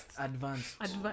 Advanced